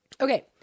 Okay